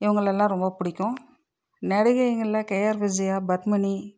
இவங்களை எல்லாம் ரொம்ப பிடிக்கும் நடிகைகளில் கே ஆர் விஜயா பத்மினி